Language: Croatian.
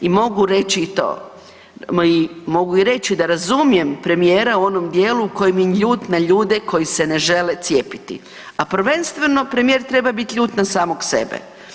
I mogu reći i to, mogu reći da razumijem premijera u onom djelu kojim je ljut na ljude koji se ne žele cijepiti a prvenstveno premijer treba biti ljut na samog sebe.